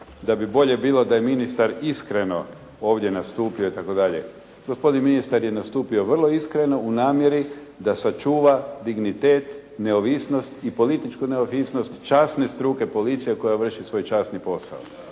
da bi bolje bilo da je ministar iskreno ovdje nastupio itd. Gospodin ministar je nastupio vrlo iskreno u namjeri da sačuva dignitet, neovisnost i političku neovisnost časne struke policije koja vrši svoj časni posao.